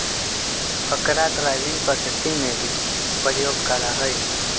अकरा ड्राइविंग पद्धति में भी प्रयोग करा हई